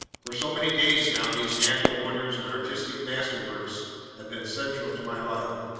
for so many days now, these natural wonders and artistic masterworks had been central to my life,